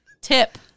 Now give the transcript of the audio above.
Tip